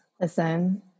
Listen